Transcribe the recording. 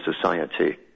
society